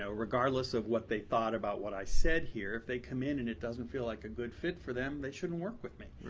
so regardless of what they thought about what i said here, if they come in and it doesn't feel like a good fit for them they shouldn't work with me.